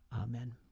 Amen